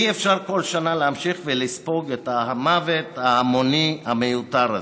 אי-אפשר כל שנה להמשיך ולספוג את המוות ההמוני המיותר הזה.